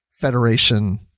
federation